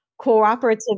cooperative